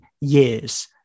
years